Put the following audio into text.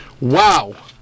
Wow